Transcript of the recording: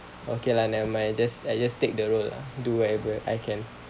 okay lah never mind I just I just take the role lah do whatever I can